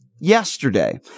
yesterday